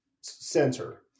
center